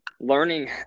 learning